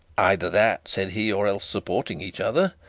either that said he, or else supporting each other.